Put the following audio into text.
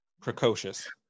precocious